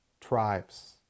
tribes